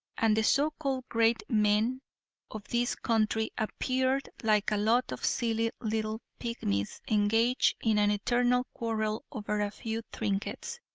and the so-called great men of this country appeared like a lot of silly little pigmies engaged in an eternal quarrel over a few trinkets.